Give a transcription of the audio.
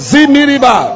Zimiriba